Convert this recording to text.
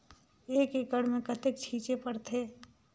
एक एकड़ मे कतेक छीचे पड़थे?